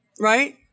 right